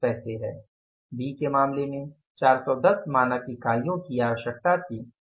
B के मामले में 410 मानक इकाइयों की आवश्यकता थी